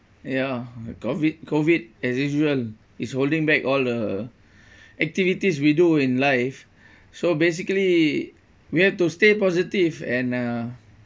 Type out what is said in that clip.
ya COVID COVID as usual is holding back all the activities we do in life so basically we have to stay positive and uh